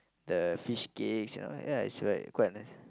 the fish cakes you know ya it's like quite nice